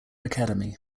academy